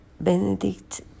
Benedict